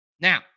Now